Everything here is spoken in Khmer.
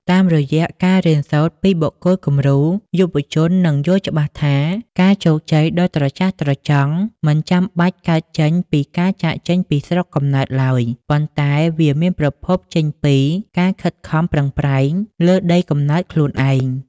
តាមរយៈការរៀនសូត្រពីបុគ្គលគំរូ យុវជននឹងយល់ច្បាស់ថា ការជោគជ័យដ៏ត្រចះត្រចង់មិនចាំបាច់កើតចេញពីការចាកចេញពីស្រុកកំណើតឡើយ ប៉ុន្តែវាមានប្រភពចេញពីការខិតខំប្រឹងប្រែងលើដីកំណើតខ្លួនឯង។